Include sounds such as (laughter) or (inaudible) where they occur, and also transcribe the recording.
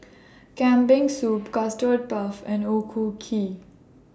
(noise) Kambing Soup Custard Puff and O Ku Kueh